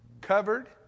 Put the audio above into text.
covered